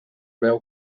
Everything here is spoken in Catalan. veu